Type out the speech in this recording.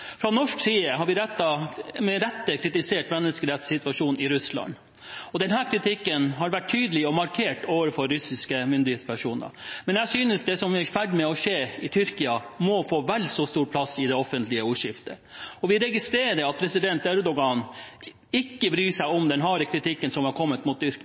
Fra norsk side har vi med rette kritisert menneskerettssituasjonen i Russland, og denne kritikken har vært tydelig og markert overfor russiske myndighetspersoner. Men jeg synes det som er i ferd med å skje i Tyrkia, må få vel så stor plass i det offentlige ordskiftet. Vi registrerer at president Erdogan ikke bryr seg om den harde kritikken som har kommet mot